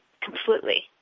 completely